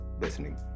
listening